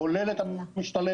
כולל את המשתלם,